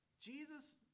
Jesus